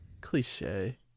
cliche